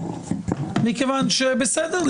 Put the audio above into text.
מכיוון שבסדר,